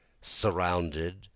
surrounded